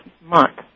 month